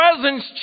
presence